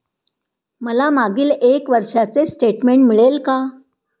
मला मागील एक वर्षाचे स्टेटमेंट मिळेल का?